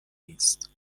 نیست